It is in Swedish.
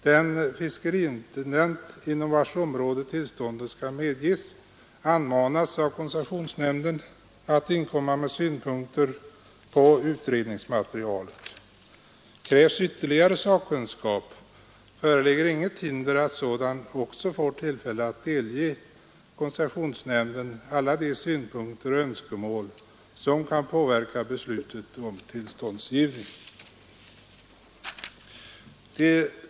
Den fiskeriintendent inom vars område tillståndet skall medges anmanas av koncessionsnämnden att inkomma med synpunkter på utredningsmaterialet. Krävs ytterligare sakkunskap föreligger inget hinder att sådan också får tillfälle delge koncessionsnämnden alla de synpunkter och önskemål som kan påverka beslutet om tillståndsgivning.